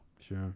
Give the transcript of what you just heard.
Sure